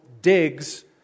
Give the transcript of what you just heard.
digs